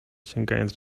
sięgając